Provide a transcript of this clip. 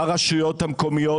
לרשויות המקומיות,